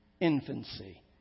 infancy